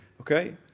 Okay